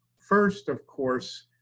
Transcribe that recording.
first of course,